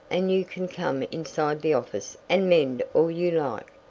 and you kin come inside the office and mend all you like,